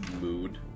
mood